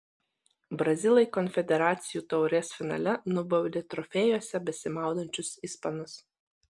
brazilai konfederacijų taurės finale nubaudė trofėjuose besimaudančius ispanus